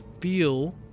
feel